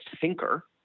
thinker